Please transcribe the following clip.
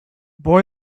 boy